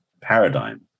paradigm